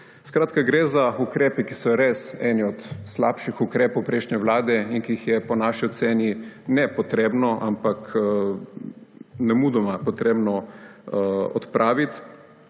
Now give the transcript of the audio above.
Skratka, gre za ukrepe, ki so res eni od slabših ukrepov prejšnje vlade, ki jih je po naši oceni ne treba, ampak nemudoma jih je treba odpraviti.